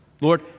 Lord